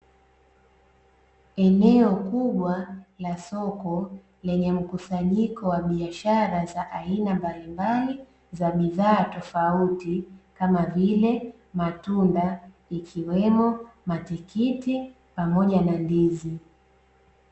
Eneo kubwa la soko lenye mchanganyiko wa biashara za aina mbalimbali za bidhaa tofauti kama vile matunda ikiwemo matikiti pamoja na ndizi.